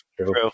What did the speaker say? True